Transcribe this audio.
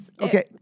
Okay